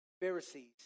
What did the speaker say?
Pharisees